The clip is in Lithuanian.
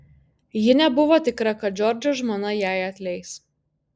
ji nebuvo tikra kad džordžo žmona jai atleis